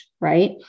Right